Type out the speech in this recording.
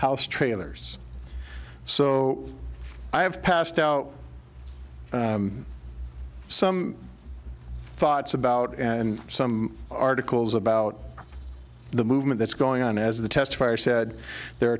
house trailers so i have passed out some thoughts about and some articles about the movement that's going on as the test fire said there are